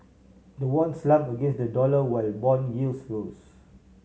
the won slump against the dollar while bond yields rose